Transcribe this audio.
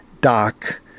dock